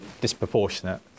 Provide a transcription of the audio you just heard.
disproportionate